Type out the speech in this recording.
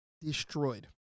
destroyed